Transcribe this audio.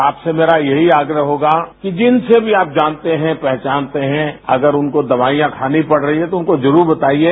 आपसे भी मुझे ये आग्रह होगा कि जिनसे भी आप जानते हैं पहचानते हैं अगर उनको दवाईयां खानी पड रही है तो उनको जरूर वताईये